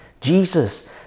Jesus